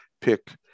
pick